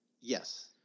Yes